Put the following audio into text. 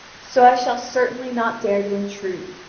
so i shall certainly not dare to intrude,